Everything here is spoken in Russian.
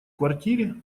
квартире